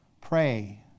Pray